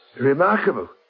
Remarkable